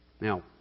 Now